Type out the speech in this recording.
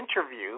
interview